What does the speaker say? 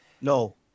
No